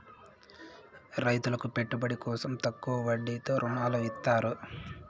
రైతులకు పెట్టుబడి కోసం తక్కువ వడ్డీతో ఋణాలు ఇత్తారు